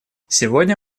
сегодня